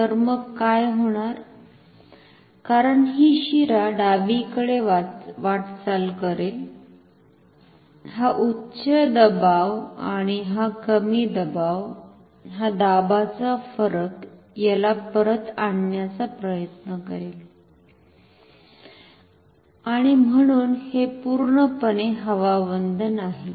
तर मग काय होणार कारण ही शिरा डावीकडे वाटचाल करेल हा उच्च दबाव आणि हा कमी दबाव हा दाबाचा फरक याला परत आणण्याचा प्रयत्न करेल आणि म्हणून हे पूर्णपणे हवाबंद नाही